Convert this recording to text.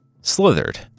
slithered